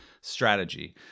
strategy